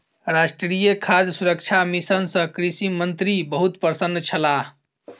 राष्ट्रीय खाद्य सुरक्षा मिशन सँ कृषि मंत्री बहुत प्रसन्न छलाह